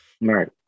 Right